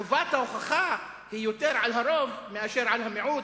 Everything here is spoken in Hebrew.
חובת ההוכחה היא יותר על הרוב מאשר על המיעוט,